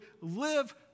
live